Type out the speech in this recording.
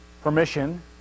permission